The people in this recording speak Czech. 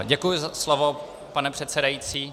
Děkuji za slovo, pane předsedající.